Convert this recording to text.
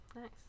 Nice